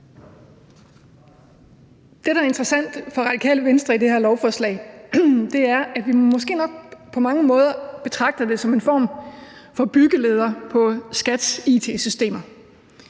Det, der er interessant for Radikale Venstre i det her lovforslag, er, at vi måske nok på mange måder betragter det som en form for byggeleder på skattevæsenets